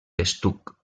estuc